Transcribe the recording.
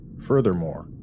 Furthermore